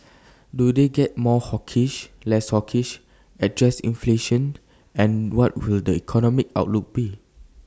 do they get more hawkish less hawkish address inflation and what will the economic outlook be